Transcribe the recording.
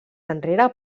enrere